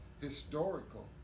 historical